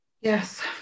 Yes